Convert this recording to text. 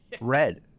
red